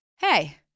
Hey